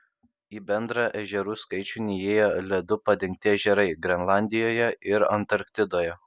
į bendrą ežerų skaičių neįėjo ledu padengti ežerai grenlandijoje ir antarktidoje